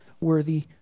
worthy